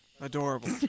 Adorable